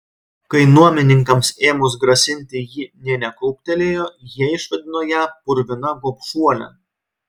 kai nuomininkams ėmus grasinti ji nė nekrūptelėjo jie išvadino ją purvina gobšuole